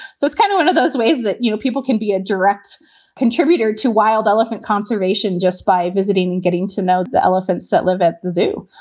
so it's kind of one of those ways that, you know, people can be a direct contributor to wild elephant conservation just by visiting and getting to know the elephants that live at the zoo,